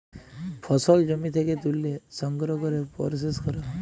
ফসল জমি থ্যাকে ত্যুলে সংগ্রহ ক্যরে পরসেস ক্যরা হ্যয়